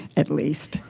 at least.